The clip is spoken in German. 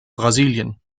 brasilien